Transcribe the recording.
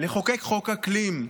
לחוקק חוק אקלים.